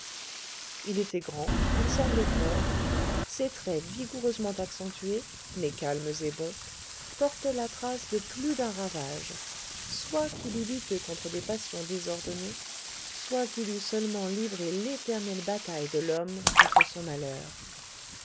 il était grand il semblait fort ses traits vigoureusement accentués mais calmes et bons portaient la trace de plus d'un ravage soit qu'il eût lutté contre des passions désordonnées soit qu'il eût seulement livré l'éternelle bataille de l'homme contre son malheur